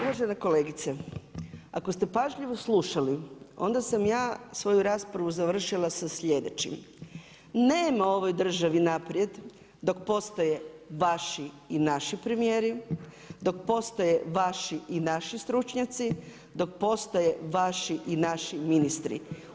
Uvažena kolegice, ako ste pažljivo slušali, onda sam ja svoju raspravu završila sa sljedećim, nema ovoj državi naprijed dok postoje vaši i naši premijeri, dok postoje vaši i naši stručnjaci, dok postoje vaši i naši ministri.